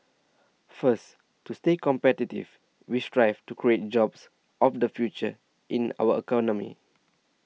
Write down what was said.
first to stay competitive we strive to create jobs of the future in our economy